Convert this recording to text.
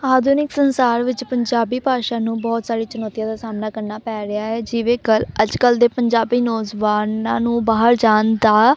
ਆਧੁਨਿਕ ਸੰਸਾਰ ਵਿੱਚ ਪੰਜਾਬੀ ਭਾਸ਼ਾ ਨੂੰ ਬਹੁਤ ਸਾਰੀਆਂ ਚੁਣੌਤੀਆਂ ਦਾ ਸਾਹਮਣਾ ਕਰਨਾ ਪੈ ਰਿਹਾ ਹੈ ਜਿਵੇਂ ਕੱਲ੍ਹ ਅੱਜ ਕੱਲ੍ਹ ਦੇ ਪੰਜਾਬੀ ਨੌਜਵਾਨਾਂ ਨੂੰ ਬਾਹਰ ਜਾਣ ਦਾ